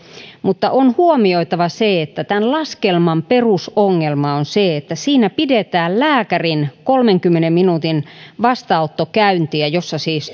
mutta on huomioitava se että tämän laskelman perusongelma on se että siinä pidetään lääkärin kolmenkymmenen minuutin vastaanottokäyntiä jossa siis